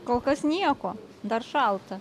kol kas nieko dar šalta